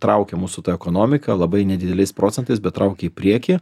traukia mūsų tą ekonomiką labai nedideliais procentais bet traukia į priekį